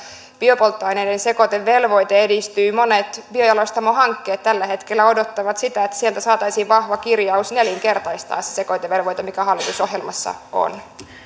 biopolttoaineiden sekoitevelvoite edistyy monet biojalostamohankkeet tällä hetkellä odottavat että sieltä saataisiin vahva kirjaus nelinkertaistaa se sekoitevelvoite mikä hallitusohjelmassa on